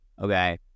Okay